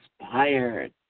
inspired